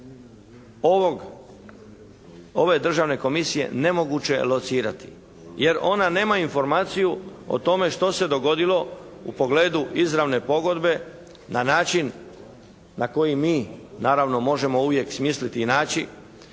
ove državne komisije nemoguće locirati. Jer ona nema informaciju o tome što se dogodilo u pogledu izravne pogodbe na način na koji mi naravno možemo uvijek smisliti i naći